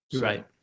right